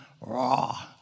raw